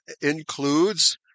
includes